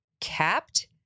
capped